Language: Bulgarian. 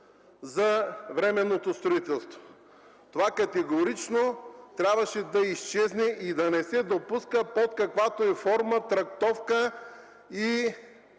за временното строителство. Това категорично трябваше да изчезне и да не се допуска под каквато и да е форма, трактовка,